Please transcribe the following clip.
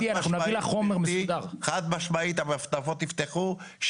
חד משמעית המעטפות נפתחו,